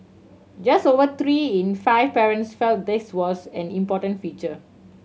just over three in five parents felt this was an important feature